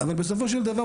אבל בסופו של דבר,